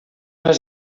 les